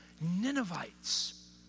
Ninevites